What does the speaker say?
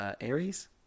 Aries